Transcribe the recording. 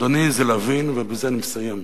אדוני, ובזה אני מסיים,